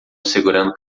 segurando